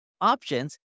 options